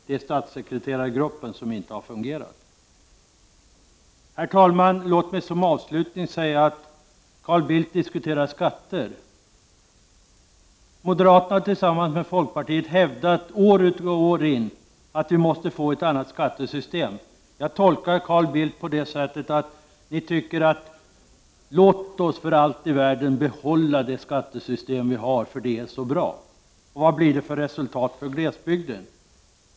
Det är statssekreterargruppen som inte har fungerat. Herr talman! Låt mig som avslutning säga följande. Carl Bildt diskuterar skatter. Moderaterna har tillsammans med folkpartiet år ut och år in hävdat att vi måste få ett annat skattesystem. Jag tolkar Carl Bildt på det sättet, att han menar: Låt oss för allt i världen behålla det skattesystem vi har, för det är så bra! Men vad blir det då för resultat för glesbygden?